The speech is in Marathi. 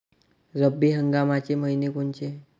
रब्बी हंगामाचे मइने कोनचे?